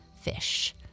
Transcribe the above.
fish